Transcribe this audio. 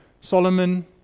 Solomon